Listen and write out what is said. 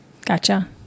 gotcha